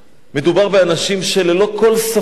מדובר באנשים שללא כל ספק,